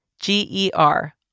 G-E-R